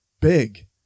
big